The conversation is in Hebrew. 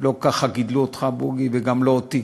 לא ככה גידלו אותך, בוגי, וגם לא אותי,